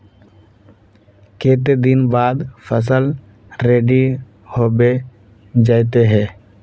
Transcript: केते दिन बाद फसल रेडी होबे जयते है?